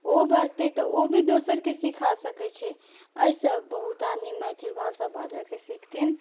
ओ बजतै तऽ ओ भी दोसरके सीखा सकै छै अइसँ बहुत आदमी मैथिल भाषा बाजेके सीखथिन